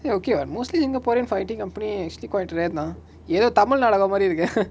eh okay what mostly singaporean fighting company actually quite rare தா ஏதோ:tha yetho tamil நாடகம் மாரி இருக்கு:naadakam mari iruku